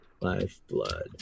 lifeblood